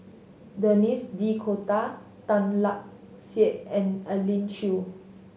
Denis D'Cotta Tan Lark Sye and Elim Chew